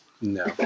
No